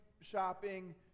shopping